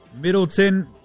Middleton